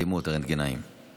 רנטגנאים, הדימות.